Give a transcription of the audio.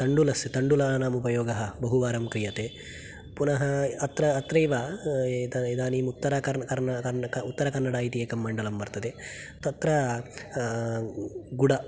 तण्डुलस्य तण्डुलानाम् उपयोगः बहुवसरं क्रियते पुनः अत्र अत्रैव एतद् इदानीं उत्तरकर्न् कन् कन् उत्तरकन्नड इति एकं मण्डलं वर्तते तत्र गुड